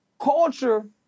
Culture